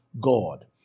God